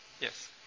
Yes